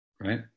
right